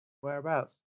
Whereabouts